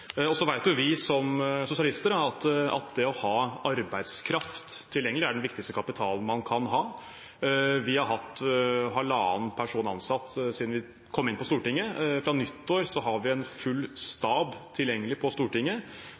budsjettet. Så vet jo vi som sosialister at det å ha arbeidskraft tilgjengelig er den viktigste kapitalen man kan ha. Vi har hatt halvannen stilling siden vi kom inn på Stortinget. Fra nyttår har vi en full stab tilgjengelig,